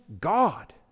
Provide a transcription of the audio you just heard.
God